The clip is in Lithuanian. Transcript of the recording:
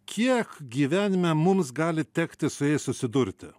kiek gyvenime mums gali tekti su jais susidurti